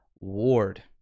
Ward